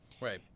right